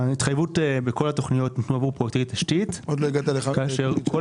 ההתחייבות בכל התכניות זה עבור פרויקטי תשתית כאשר כל